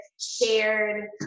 shared